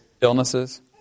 illnesses